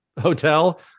hotel